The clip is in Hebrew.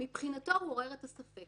מבחינתו הוא עורר את הספק.